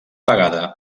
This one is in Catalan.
pagada